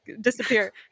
disappear